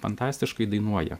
fantastiškai dainuoja